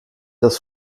das